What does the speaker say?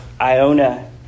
Iona